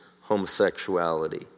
homosexuality